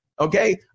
Okay